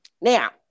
Now